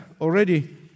already